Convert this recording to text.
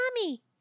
Mommy